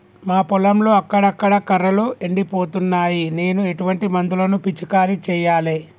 మా పొలంలో అక్కడక్కడ కర్రలు ఎండిపోతున్నాయి నేను ఎటువంటి మందులను పిచికారీ చెయ్యాలే?